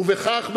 ובכך,